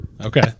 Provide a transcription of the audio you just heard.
Okay